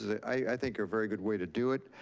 i think, a very good way to do it.